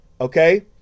okay